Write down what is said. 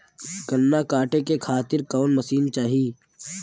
गन्ना कांटेके खातीर कवन मशीन चाही?